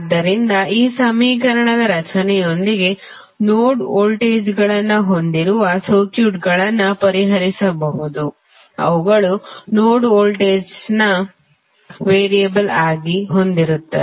ಆದ್ದರಿಂದ ಈ ಸಮೀಕರಣದ ರಚನೆಯೊಂದಿಗೆ ನೋಡ್ ವೋಲ್ಟೇಜ್ಗಳನ್ನು ಹೊಂದಿರುವ ಸರ್ಕ್ಯೂಟ್ಗಳನ್ನು ಪರಿಹರಿಸಬಹುದು ಅವುಗಳು ನೋಡ್ ವೋಲ್ಟೇಜ್ಗಳನ್ನು ವೇರಿಯೇಬಲ್ ಆಗಿ ಹೊಂದಿರುತ್ತವೆ